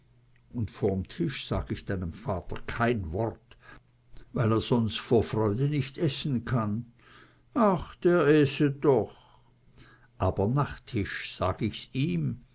un vor tisch sag ich deinem vater kein wort weil er sonst vor freude nich essen kann ach der äße doch aber nach tisch sag ich's ihm